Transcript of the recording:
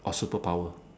or superpower